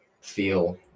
feel